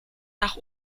nach